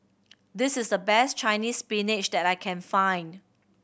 this is the best Chinese Spinach that I can find